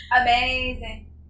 Amazing